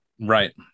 Right